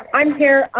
i am here.